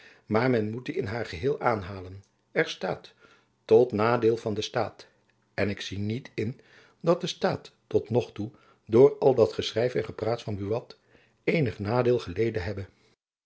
maar men moet die in haar geheel aanhalen er staat by tot nadeel van den staat en ik zie niet in dat de staat tot nog toe door al dat geschrijf en gepraat van buat eenig nadeel geleden hebbe